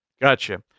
Gotcha